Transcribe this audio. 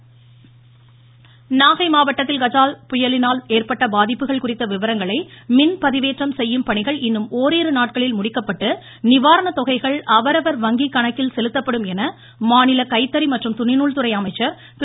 நாகை நிவாரணம் நாகை மாவட்டத்தில் கஜா புயலினால் ஏற்பட்ட பாதிப்புகள் குறித்த விவரங்களை மின் பதிவேற்றம் செய்யும் பணிகள் இன்னும் ஒரிரு நாட்களில் முடிக்கப்பட்டு நிவாரண தொகைகள் அவரவர் வங்கி கணக்கில் செலுத்தப்படும் என மாநில கைத்தறி மற்றும் துணிநூல்துறை அமைச்சர் திரு